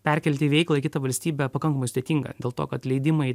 perkelti veiklą į kitą valstybę pakankamai sudėtinga dėl to kad leidimai